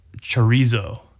chorizo